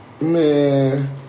Man